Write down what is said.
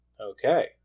Okay